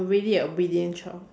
really obedient child